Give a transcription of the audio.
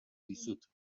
dizut